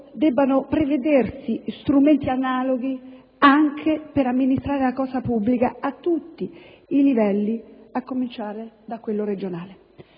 debbano prevedersi strumenti analoghi anche per amministrare la cosa pubblica a tutti i livelli a cominciare da quello regionale.